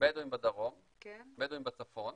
בדואים בדרום, בדואים בצפון.